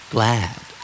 Glad